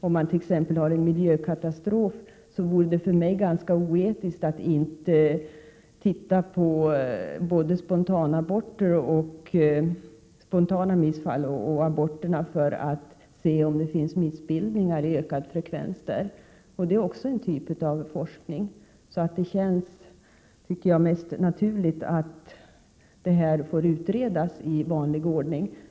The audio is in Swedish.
Om det t.ex. har skett en miljökatastrof, vore det för mig ganska oetiskt att inte titta på både spontana missfall och aborterna för att se om frekvensen av missbildningar har ökat. Det är också en typ av forskning. Därför känns det, tycker jag, mest naturligt att det här får utredas i vanlig ordning.